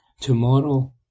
Tomorrow